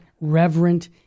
reverent